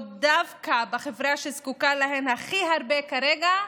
דווקא בחברה שזקוקה להן הכי הרבה כרגע?